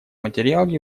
материал